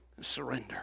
surrender